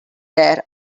there